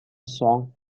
song